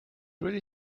really